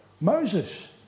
Moses